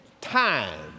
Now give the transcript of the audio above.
time